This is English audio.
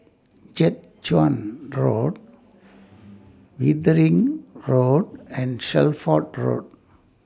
Jiak Chuan Road Wittering Road and Shelford Road